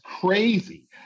crazy